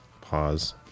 Pause